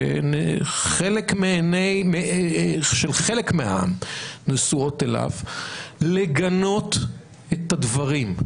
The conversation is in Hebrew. שעיני חלק מהעם נשואות אליו - לגנות את הדברים.